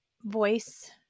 voice